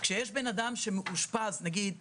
כשיש אדם שמאושפז נגיד במוסד,